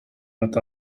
let